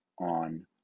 on